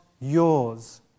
yours